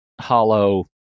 hollow